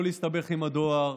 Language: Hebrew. לא להסתבך עם הדואר,